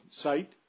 site